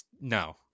no